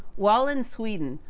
while in sweden,